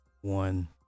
one